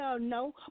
no